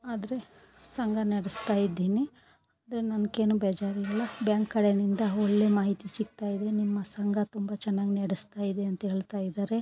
ಆದರೆ ಸಂಘ ನಡೆಸ್ತಾಯಿದ್ದೀನಿ ಆದರೆ ನನಗೇನು ಬೇಜಾರಿಲ್ಲ ಬ್ಯಾಂಕ್ ಕಡೆಯಿಂದ ಒಳ್ಳೆ ಮಾಹಿತಿ ಸಿಗ್ತಾಯಿದೆ ನಿಮ್ಮ ಸಂಘ ತುಂಬ ಚೆನ್ನಾಗಿ ನಡೆಸ್ತಾಯಿದೆ ಅಂತ ಹೇಳ್ತಾಯಿದಾರೆ